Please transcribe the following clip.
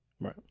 Right